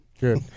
Good